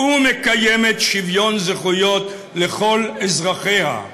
ומקיימת שוויון זכויות לכל אזרחיה.